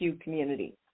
community